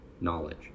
knowledge